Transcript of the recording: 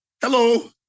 Hello